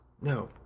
No